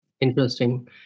Interesting